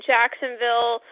Jacksonville